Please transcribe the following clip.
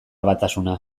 batasuna